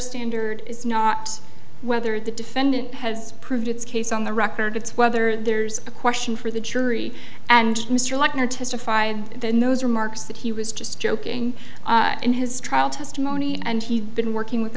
standard is not whether the defendant has proved its case on the record it's whether there's a question for the jury and mr lychner testified then those remarks that he was just joking in his trial testimony and he's been working with